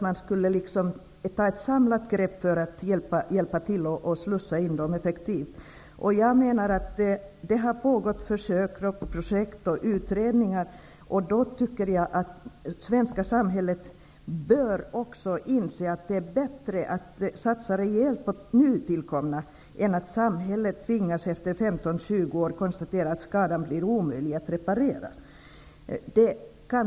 Man sökte ta ett samlat grepp för att hjälpa till med en effektiv utslussning på arbetsmarknaden. Eftersom det förekommit försöksverksamhet, projekt och utredningar tycker jag att man i det svenska samhället borde inse att det är bättre att satsa rejält på nytillkomna invandrare så att man 15--20 år senare inte måste konstatera att det är omöjligt att reparera uppkommen skada.